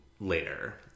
later